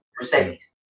Mercedes